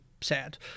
sad